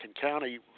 County